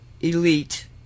elite